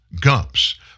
Gump's